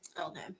Okay